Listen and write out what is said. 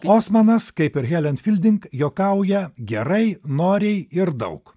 osmanas kaip ir helen filding juokauja gerai noriai ir daug